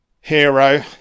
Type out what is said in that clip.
Hero